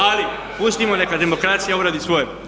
Ali pustimo neka demokracija uradi svoje.